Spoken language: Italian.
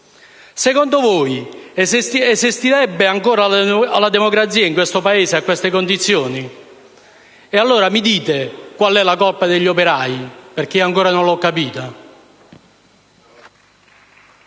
Secondo voi esisterebbe ancora la democrazia in questo Paese a queste condizioni? Allora ditemi qual è la colpa degli operai, perché ancora non l'ho capita.